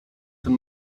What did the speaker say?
ten